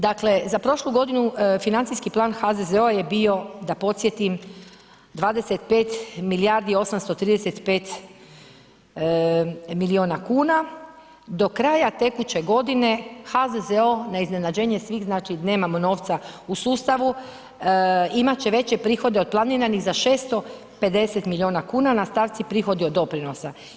Dakle za prošlu godinu financijski plan HZZO-a je bio da podsjetim, 25 milijardi 835 milijuna kuna, do kraja tekuće godine HZZO na iznenađenje svih znači, nemamo novca u sustavu, imat će veće prihode od planiranih za 650 milijuna kuna, na stavci prihoda i doprinosa.